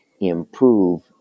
improve